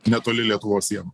netoli lietuvos sienų